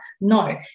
No